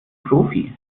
profi